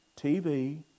TV